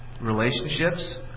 relationships